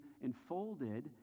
enfolded